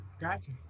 Gotcha